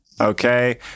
Okay